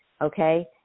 Okay